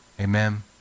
Amen